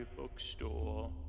bookstore